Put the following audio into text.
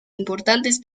importantes